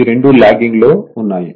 ఇవి రెండూ లాగ్గింగ్ లో ఉన్నాయి